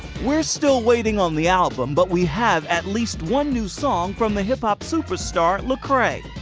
we're still waiting on the album, but we have at least one new song from the hip-hop superstar le crae.